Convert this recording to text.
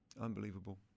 Unbelievable